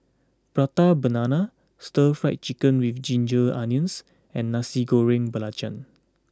Prata Banana Stir Fry Chicken with Ginger Onions and Nasi Goreng Belacan